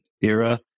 era